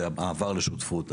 זה מעבר לשותפות,